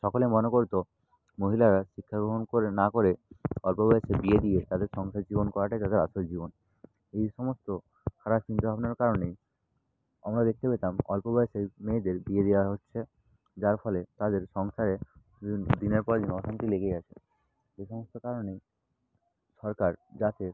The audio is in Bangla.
সকলেই মনে করতো মহিলারা শিক্ষা গ্রহণ করে না করে অল্প বয়সে বিয়ে দিয়ে তাদের সংসার জীবন করাটাই তাদের আসল জীবন এই সমস্ত খারাপ চিন্তা ভাবনার কারণেই আমরা দেখতে পেতাম অল্প বয়েসেই মেয়েদের বিয়ে দেওয়া হচ্ছে যার ফলে তাদের সংসারে দিন দিনের পর দিন অশান্তি লেগেই আছে এ সমস্ত কারণেই সরকার যাতে